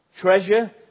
treasure